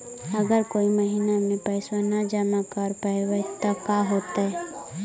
अगर कोई महिना मे पैसबा न जमा कर पईबै त का होतै?